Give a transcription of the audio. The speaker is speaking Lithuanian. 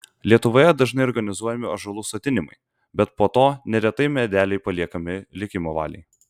lietuvoje dažnai organizuojami ąžuolų sodinimai bet po to neretai medeliai paliekami likimo valiai